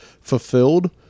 fulfilled